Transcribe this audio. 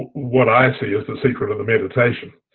what i see as the secret of the meditation.